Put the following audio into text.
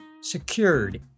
Secured